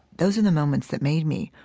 those are the moments that made me,